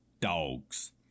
dogs